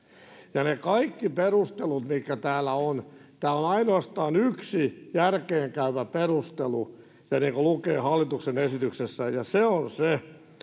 ja ne kaikki perustelut mitkä täällä on täällä on ainoastaan yksi järkeenkäyvä perustelu ja se lukee hallituksen esityksessä ja se on se